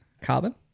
carbon